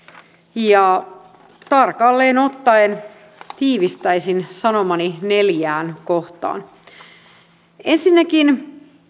ja tarkalleen ottaen tiivistäisin sanomani neljään kohtaan ensinnäkin